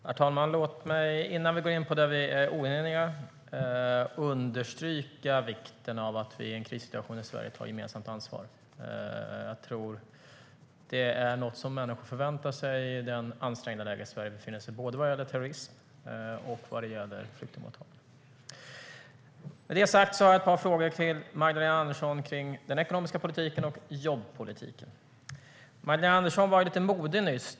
Herr talman! Låt mig innan vi går in på det vi är oeniga om understryka vikten av att vi i en krissituation i Sverige tar gemensamt ansvar. Jag tror att det är något som människor förväntar sig i det ansträngda läge Sverige befinner sig i både när det gäller terrorism och när det gäller flyktingmottagande. Med det sagt har jag ett par frågor till Magdalena Andersson kring den ekonomiska politiken och jobbpolitiken. Magdalena Andersson var lite modig nyss.